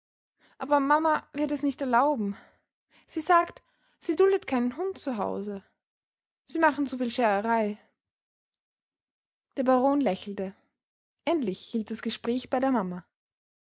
aber mama wird es nicht erlauben sie sagt sie duldet keinen hund zu hause sie machen zuviel schererei der baron lächelte endlich hielt das gespräch bei der mama